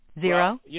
zero